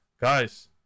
guys